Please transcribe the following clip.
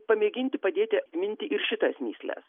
pamėginti padėti įminti ir šitas mįsles